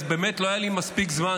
אז באמת לא היה לי מספיק זמן,